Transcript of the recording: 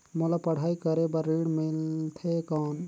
मोला पढ़ाई करे बर ऋण मिलथे कौन?